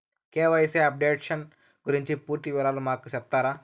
KYC updation గురించి పూర్తి వివరాలు మాకు సెప్తారా?